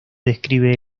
describe